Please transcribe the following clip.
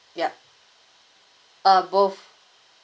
yup uh both